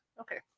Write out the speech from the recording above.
Okay